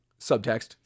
subtext